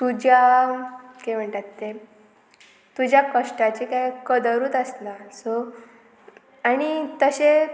तुज्या कि म्हणटात तें तुज्या कश्टाचे काय कदरूत आसना सो आनी तशें